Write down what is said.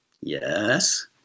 yes